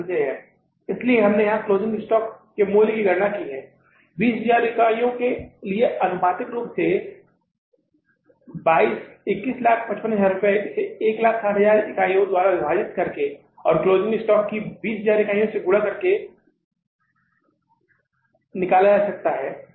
इसलिए हमने यहां क्लोजिंग स्टॉक के मूल्य की गणना की है 20000 इकाइयों के लिए आनुपातिक रूप से 2155000 इसे 160000 इकाइयों द्वारा विभाजित करके और क्लोजिंग स्टॉक की 20000 इकाइयों द्वारा गुणा किया गया है